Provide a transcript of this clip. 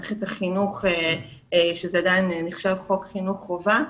עוד כחלק איכשהו בתוך מערכת החינוך כשזה עדיין נחשב חוק חינוך חובה,